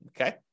Okay